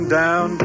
down